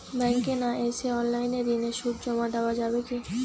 ব্যাংকে না এসে অনলাইনে ঋণের সুদ জমা দেওয়া যাবে কি?